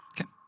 Okay